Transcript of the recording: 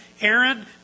Aaron